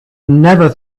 never